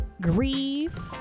grieve